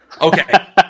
Okay